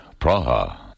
Praha